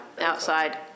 outside